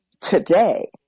today